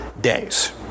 days